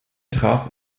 traf